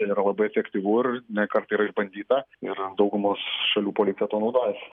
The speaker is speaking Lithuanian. tai yra labai efektyvu ir ne kartą yra išbandyta ir daugumos šalių policija tuo naudojasi